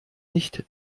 nicht